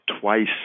twice